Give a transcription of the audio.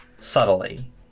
Subtly